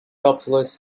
populous